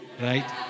right